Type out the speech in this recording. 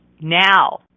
now